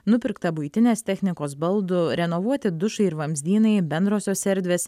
nupirkta buitinės technikos baldų renovuoti dušai ir vamzdynai bendrosios erdvės